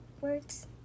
words